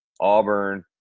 Auburn